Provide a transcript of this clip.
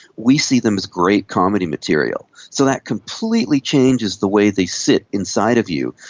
we see them as great comedy material. so that completely changes the way they sit inside of you.